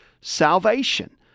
salvation